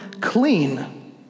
clean